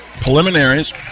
preliminaries